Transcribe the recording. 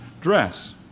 dress